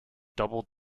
double